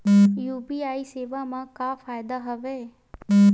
UPI सेवा मा का फ़ायदा हवे?